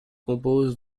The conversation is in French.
compose